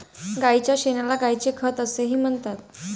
गायीच्या शेणाला गायीचे खत असेही म्हणतात